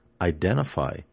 identify